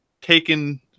taken